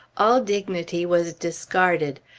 all dignity was discarded.